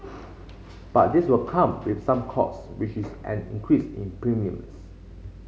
but this will come with some costs which is an increase in premiums